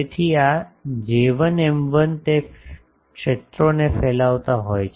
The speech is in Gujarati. તેથી આ J1 M1 તે ક્ષેત્રોને ફેલાવતા હોય છે